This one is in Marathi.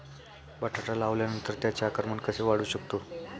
बटाटा लावल्यानंतर त्याचे आकारमान कसे वाढवू शकतो?